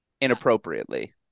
inappropriately